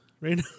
right